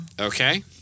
Okay